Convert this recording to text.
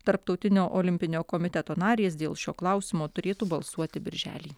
tarptautinio olimpinio komiteto narės dėl šio klausimo turėtų balsuoti birželį